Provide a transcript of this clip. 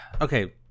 Okay